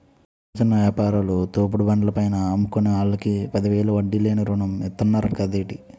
చిన్న చిన్న యాపారాలు, తోపుడు బండ్ల పైన అమ్ముకునే ఆల్లకి పదివేలు వడ్డీ లేని రుణం ఇతన్నరంట కదేటి